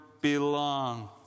belong